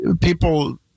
people